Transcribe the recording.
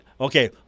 Okay